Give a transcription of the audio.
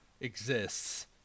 exists